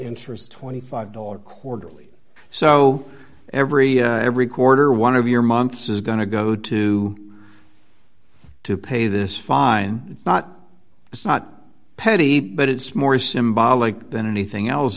interest twenty five dollars quarterly so every every quarter one of your months is going to go to to pay this fine it's not it's not petty but it's more symbolic than anything else